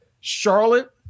Charlotte